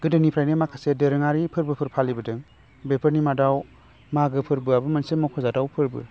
गोदोनिफ्रायनो माखासे दोरोङारि फोरबोफोर फालिबोदों बेफोरनि मादाव मागो फोरबोआबो मोनसे मख'जाथाव फोरबो